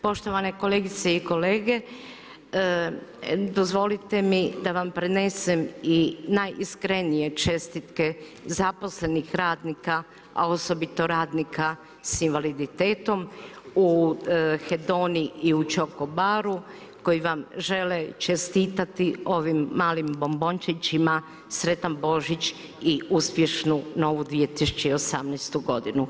Poštovane kolegice i kolege, dozvolite mi da vam prenesem i najiskrenije čestitke zaposlenih radnika, a osobito radnika s invaliditetom u Hedoni i Čoko baru koji vam žele čestitati ovim malim bombončićima Sretan Božić i uspješnu Novu 2018. godinu.